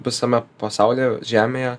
visame pasaulyje žemėje